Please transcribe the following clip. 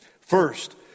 First